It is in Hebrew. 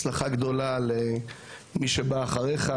הצלחה גדולה למי שבא אחריך,